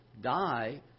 die